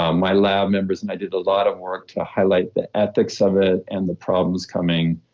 um my lab members and i did a lot of work to highlight the ethics of it and the problems coming.